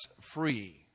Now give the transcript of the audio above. free